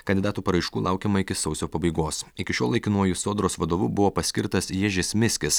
kandidatų paraiškų laukiama iki sausio pabaigos iki šiol laikinuoju sodros vadovu buvo paskirtas ježis miskis